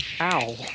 Ow